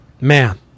Man